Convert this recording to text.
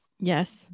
yes